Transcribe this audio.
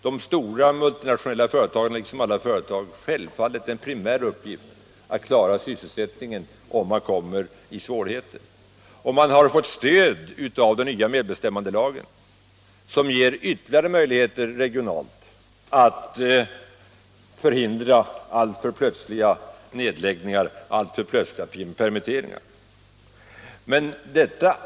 De stora multinationella företagen har liksom alla företag självfallet en primär uppgift att klara sysselsättningen om man kommer i svårigheter, och man har fått stöd av den nya medbestämmandelagen, som ger ytterligare möjligheter regionalt att förhindra alltför plötsliga nedläggningar, alltför plötsliga permitteringar.